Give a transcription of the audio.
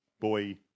boy